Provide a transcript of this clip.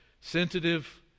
sensitive